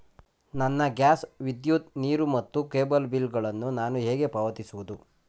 ನನ್ನ ಗ್ಯಾಸ್, ವಿದ್ಯುತ್, ನೀರು ಮತ್ತು ಕೇಬಲ್ ಬಿಲ್ ಗಳನ್ನು ನಾನು ಹೇಗೆ ಪಾವತಿಸುವುದು?